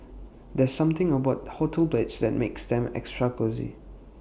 there's something about hotel beds that makes them extra cosy